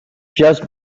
just